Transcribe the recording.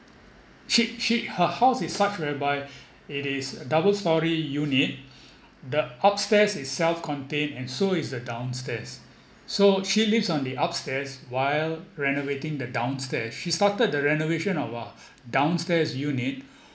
she she her house is such whereby it is double storey unit the upstairs is self-contained and so is the downstairs so she lives on the upstairs while renovating the downstairs she started the renovation of her downstairs unit